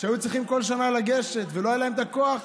היו צריכים בכל שנה לגשת ולא היה להם את הכוח,